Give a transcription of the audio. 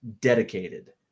dedicated